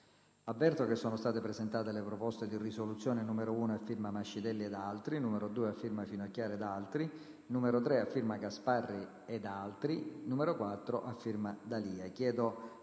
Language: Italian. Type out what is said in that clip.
Comunico che sono state presentate le proposte di risoluzione